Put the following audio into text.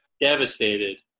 devastated